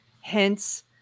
Hence